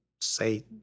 say